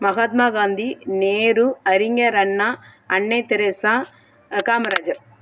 Mahatma Gandhi Nehru Arignar Anna Annai Teresa Kamarajar